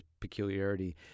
peculiarity